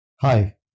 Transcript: Hi